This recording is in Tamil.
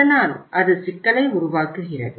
அதனால் அது சிக்கலை உருவாக்குகிறது